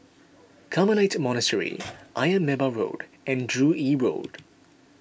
Carmelite Monastery Ayer Merbau Road and Joo Yee Road